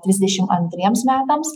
trisdešimt antriems metams